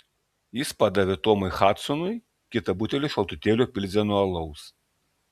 jis padavė tomui hadsonui kitą butelį šaltutėlio pilzeno alaus